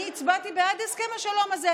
אני הצבעתי בעד הסכם השלום הזה.